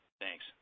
Thanks